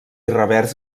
revers